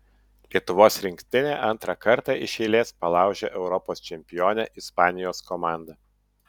lietuvos rinktinė antrą kartą iš eilės palaužė europos čempionę ispanijos komandą